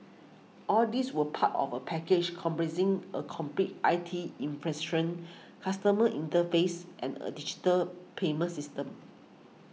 all these were part of a package comprising a complete I T customer interface and a digital payment system